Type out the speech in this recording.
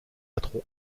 patron